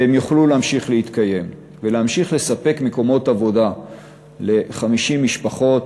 והם יוכלו להמשיך להתקיים ולהמשיך לספק מקומות עבודה ל-50 משפחות.